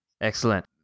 Excellent